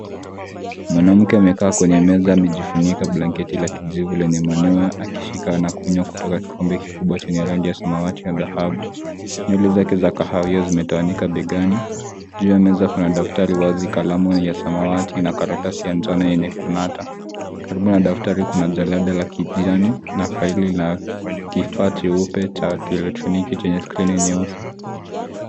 Mwanamke amekaa kwenye meza amejifunika blanketi la kijivu lenye manyoya akishika na kunywa kutoka kikombe kikubwa chenye rangi ya samawati na dhahabu. Nywele zake za kahawia zimetawanyika begani. Juu ya meza kuna daftari wazi, kalamu ya samawati, na karatasi ya njano yenye kunata. Karibu na daftari kuna jalada la kijani na faili la kifaa chupe cha kielektroniki chenye skrini nyeusi.